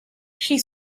she